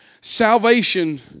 Salvation